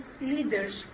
leaders